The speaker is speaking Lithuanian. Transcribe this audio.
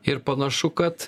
ir panašu kad